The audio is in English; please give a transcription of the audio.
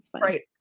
Right